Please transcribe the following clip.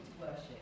worship